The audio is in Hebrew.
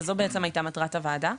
וזו בעצם הייתה מטרת הוועדה.